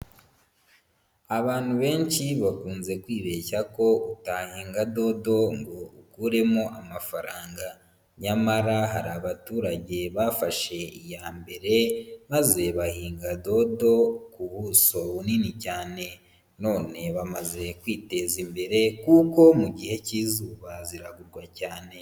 Abantu benshi bakunze kwibeshya ko utahinga dodo ngo ukuremo amafaranga. Nyamara hari abaturage bafashe iya mbere maze bahinga dodo ku buso bunini cyane, none bamaze kwiteza imbere kuko mu gihe cy'izuba ziragurwa cyane.